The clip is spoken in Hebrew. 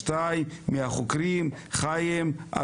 שבאמת החומרים שהם הפלסטינים הם קודם כל חסויים ל- 50 שנה,